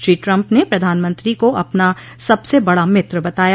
Shri Trump ने प्रधानमंत्री को अपना सबसे बड़ा मित्र बताया